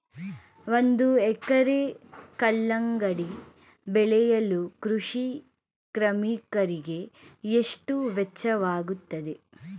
ಒಂದು ಎಕರೆ ಕಲ್ಲಂಗಡಿ ಬೆಳೆಯಲು ಕೃಷಿ ಕಾರ್ಮಿಕರಿಗೆ ಎಷ್ಟು ವೆಚ್ಚವಾಗುತ್ತದೆ?